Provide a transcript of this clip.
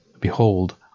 Behold